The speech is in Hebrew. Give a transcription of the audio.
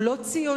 הוא לא ציוני,